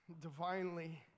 divinely